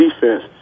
defense